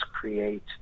create